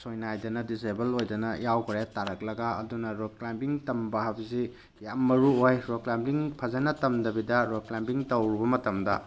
ꯁꯣꯏꯅꯥꯏꯗꯅ disable ꯑꯣꯏꯗꯅ ꯌꯥꯎꯈꯔꯦ ꯇꯥꯔꯛꯂꯒ ꯑꯗꯨꯅ ꯔꯣꯛ ꯀ꯭ꯂꯥꯏꯝꯕꯤꯡ ꯇꯝꯕ ꯍꯥꯏꯕꯁꯤ ꯌꯥꯝ ꯃꯔꯨ ꯑꯣꯏ ꯔꯣꯛ ꯀ꯭ꯂꯥꯏꯝꯕꯤꯡ ꯐꯖꯅ ꯇꯝꯗꯕꯤꯗ ꯔꯣꯛ ꯀ꯭ꯂꯥꯏꯝꯕꯤꯡ ꯇꯧꯔꯨꯕ ꯃꯇꯝꯗ